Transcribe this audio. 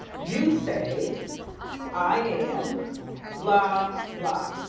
you say i am blah, blah.